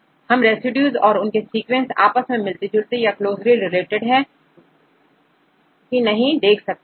हम रेसिड्यूज और उनके सीक्वेंस आपस में मिलते जुलते या क्लोज ली रिलेटेड है कि नहीं देखेंगे